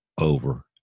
over